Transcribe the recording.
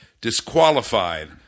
Disqualified